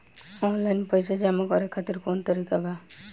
Online पइसा जमा करे खातिर कवन तरीका बा?